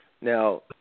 Now